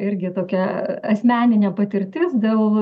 irgi tokia asmeninė patirtis dėl